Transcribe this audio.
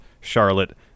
Charlotte